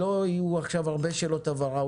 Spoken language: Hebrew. לא יהיו עכשיו הרבה שאלות הבהרה.